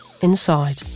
inside